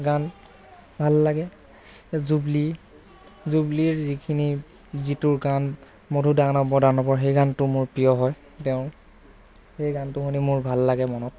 গান ভাল লাগে জুবলী জুবলীৰ যিখিনি যিটো গান মধু দানৱ দানৱ সেই গানটো মোৰ প্ৰিয় হয় তেওঁৰ সেই গানটো শুনি মোৰ ভাল লাগে মনত